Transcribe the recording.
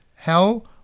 hell